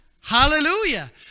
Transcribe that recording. hallelujah